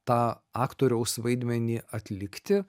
tą aktoriaus vaidmenį atlikti